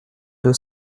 deux